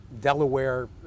Delaware